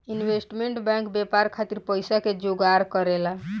investment bank व्यापार खातिर पइसा के जोगार करेला